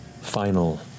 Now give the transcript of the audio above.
final